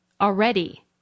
already